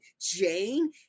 jane